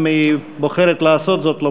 אם היא בוחרת לעשות זאת,